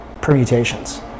permutations